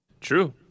True